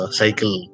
cycle